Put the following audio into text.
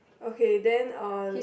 okay then uh